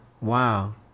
Wow